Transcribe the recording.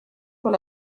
pour